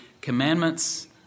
commandments